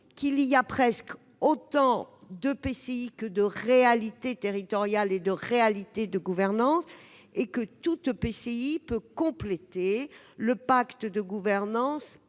qu'il y avait presque autant d'EPCI que de réalités territoriales et de réalités de gouvernance. Tout EPCI peut compléter le pacte de gouvernance